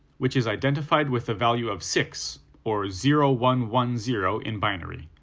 which is identified with a value of six, or zero one one zero in binary.